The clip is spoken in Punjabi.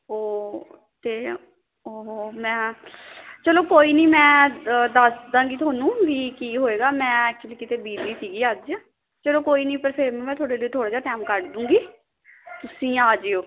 ਓ ਤੇ ਉਹੋ ਮੈਂ ਚਲੋ ਕੋਈ ਨਹੀਂ ਮੈਂ ਦੱਸ ਦਾਂਗੀ ਤੁਹਾਨੂੰ ਵੀ ਕੀ ਹੋਏਗਾ ਮੈਂ ਐਕਚੁਲੀ ਕਿਤੇ ਬੀਜੀ ਸੀਗੀ ਅੱਜ ਚਲੋ ਕੋਈ ਨਹੀਂ ਪਰ ਫਿਰ ਮੈਂ ਤੁਹਾਡੇ ਲਈ ਥੋੜ੍ਹਾ ਜਿਹਾ ਟਾਈਮ ਕੱਢ ਦੂੰਗੀ ਤੁਸੀਂ ਆ ਜਾਇਓ